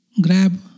grab